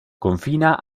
confina